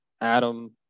Adam